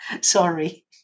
sorry